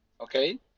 Okay